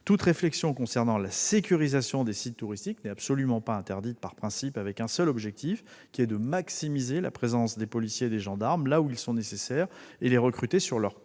toute réflexion concernant la sécurisation des sites touristiques n'est absolument pas interdite par principe et doit avoir pour seuls objectifs de maximiser la présence des policiers et des gendarmes là où ils sont nécessaires et de les recentrer sur leur coeur